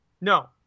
No